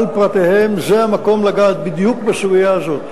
על פרטיהם, זה המקום לגעת בדיוק בסוגיה הזאת.